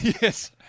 Yes